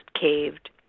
caved